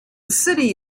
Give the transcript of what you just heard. city